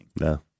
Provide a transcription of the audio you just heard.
no